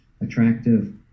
attractive